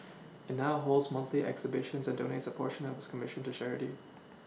it now holds monthly exhibitions and donates a portion of its commission to charity